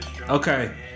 Okay